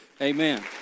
amen